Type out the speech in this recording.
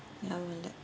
ஞாபகம் இல்ல:nyabagam illa